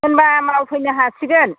होनब्ला मावफैनो हासिगोन